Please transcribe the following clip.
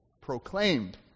Proclaimed